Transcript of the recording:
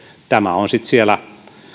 tämä on sitten siellä